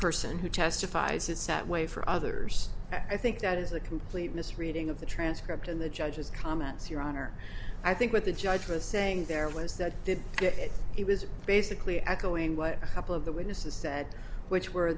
person who testifies it's that way for others i think that is a complete misreading of the transcript and the judge's comments your honor i think what the judge was saying there was that did it he was basically echoing what a couple of the witnesses said which were